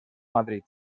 madrid